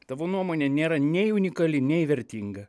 tavo nuomonė nėra nei unikali nei vertinga